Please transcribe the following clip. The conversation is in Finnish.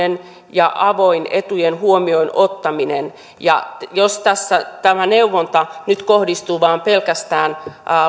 ja etujen huomioonottaminen avointa jos tässä tämä neuvonta nyt kohdistuu vain pelkästään